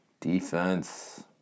defense